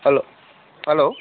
हेल' hello